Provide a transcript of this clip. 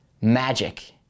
magic